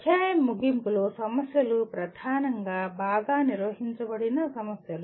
అధ్యాయం ముగింపు లో సమస్యలు ప్రధానంగా బాగా నిర్వచించబడిన సమస్యలు